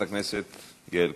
חברת הכנסת יעל כהן-פארן.